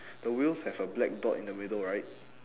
the wheels have a black dot in the middle right